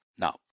Now